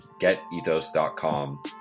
GetEthos.com